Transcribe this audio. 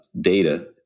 data